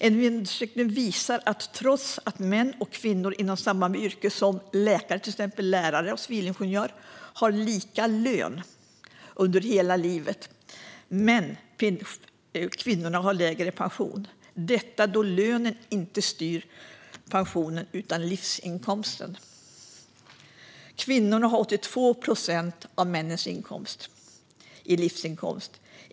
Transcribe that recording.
En undersökning visar att trots att män och kvinnor inom samma yrke, som läkare, lärare och civilingenjör, har lika lön under hela livet har kvinnorna en lägre pension - detta då livsinkomsten och inte lönen styr pensionen. Kvinnor har 82 procent av männens inkomst i livsinkomst.